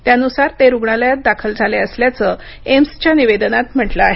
त्यानुसार ते रुग्णालयात दाखल झाले असल्याचं एम्सच्या निवेदनात म्हटलं आहे